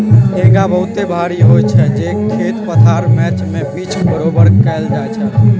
हेंगा बहुते भारी होइ छइ जे खेत पथार मैच के पिच बरोबर कएल जाइ छइ